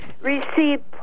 received